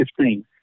15